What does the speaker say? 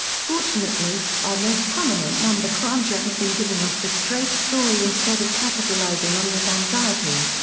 fortunately, our most prominent number cruncher has been giving us the straight story instead of capitalizing on this anxiety.